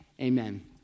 Amen